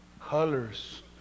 colors